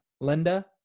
Linda